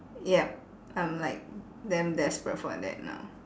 yup I'm like damn desperate for that now